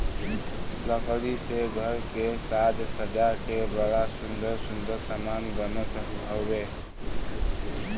लकड़ी से घर के साज सज्जा के बड़ा सुंदर सुंदर समान बनत हउवे